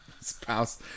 Spouse